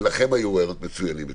ולכם היו רעיונות מצוינים לתיקונים.